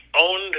owned